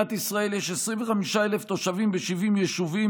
"במדינת ישראל יש 25,000 תושבים ב-70 יישובים,